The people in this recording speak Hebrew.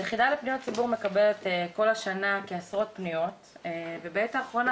היחידה לפניות ציבור מקבלת כל השנה כעשרות פניות ובעת האחרונה